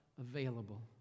available